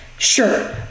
Sure